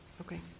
Okay